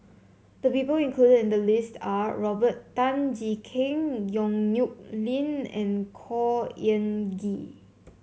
the people included in the list are Robert Tan Jee Keng Yong Nyuk Lin and Khor Ean Ghee